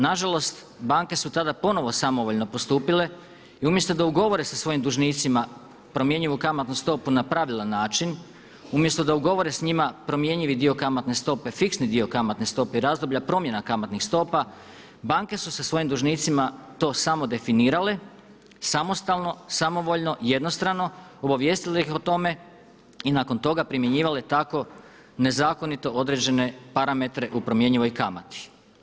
Na žalost banke su tada ponovo samovoljno postupile i umjesto da ugovore sa svojim dužnicima promjenjivu kamatnu stopu na pravilan način, umjesto da ugovore s njima promjenjivi dio kamatne stope, fiksni dio kamatne stope i razdoblja promjena kamatnih stopa banke su sa svojim dužnicima to samo definirale samostalno, samovoljno, jednostrano obavijestile ih o tome i nakon toga primjenjivale tako nezakonito određene parametre u promjenjivoj kamati.